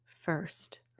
First